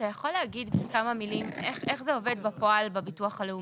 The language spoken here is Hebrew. אתה יכול להגיד בכמה מילים איך זה עובד בפועל בביטוח הלאומי?